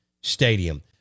Stadium